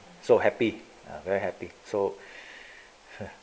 so happy very happy so